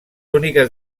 úniques